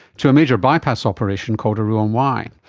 to a major bypass operation called a roux en y.